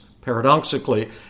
paradoxically